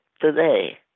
today